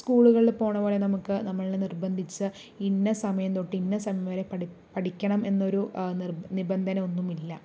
സ്കൂളികളിൽ പോകുന്ന പോലെ നമുക്ക് നമ്മളെ നിർബന്ധിച്ച് ഇന്ന സമയം തൊട്ട് ഇന്ന സമയം വരെ പഠിക്കണം എന്നൊരു നിബന്ധന ഒന്നും ഇല്ല